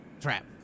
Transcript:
trap